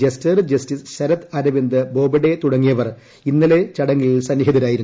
jester justice Sharad Arvind Bobde തുടങ്ങിയവർ ഇന്നലത്തെ ചടങ്ങിൽ സ്റ്റ്മിഹിതരായിരുന്നു